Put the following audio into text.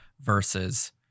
versus